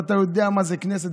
ואתה יודע מה זה כנסת,